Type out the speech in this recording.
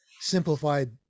simplified